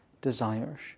desires